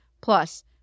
Plus